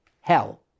Hell